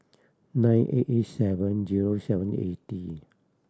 nine eight eight seven zero seven eighty